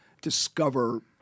discover